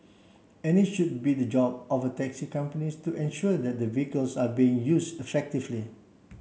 and it should be the job of taxi companies to ensure that the vehicles are being used effectively